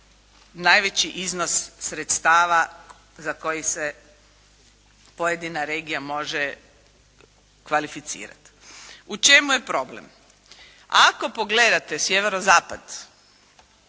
najveći iznos sredstava za koji se pojedina regija može kvalificirati. U čemu je problem? Ako pogledate sjeverozapad